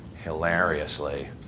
hilariously